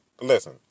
listen